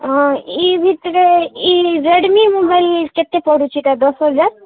ହଁ ଇ ଭିତରେ ଇ ରେଡ଼୍ମି ମୋବାଇଲ୍ କେତେ ପଡ଼ୁଛି ଏକା ଦଶ୍ ହଜାର୍